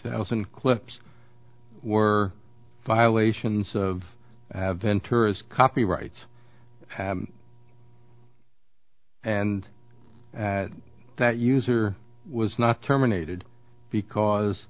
thousand clips were violations of ventura's copyrights and that user was not terminated because